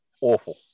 awful